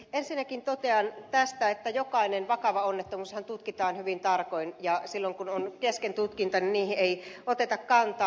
ensinnäkin totean tästä että jokainen vakava onnettomuushan tutkitaan hyvin tarkoin ja silloin kun tutkinta on kesken niihin ei oteta kantaa